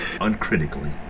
uncritically